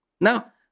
Now